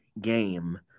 game